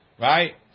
right